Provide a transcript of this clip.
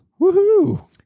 Woohoo